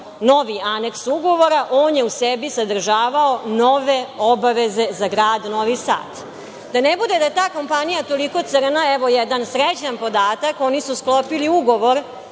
novi Aneks ugovora on je u sebi sadržavao nove obaveze za grad Novi Sad. Da ne bude da je ta kompanija toliko crna, evo, jedan srećan podatak, oni su sklopili ugovor